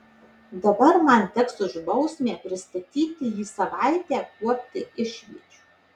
dabar man teks už bausmę pristatyti jį savaitę kuopti išviečių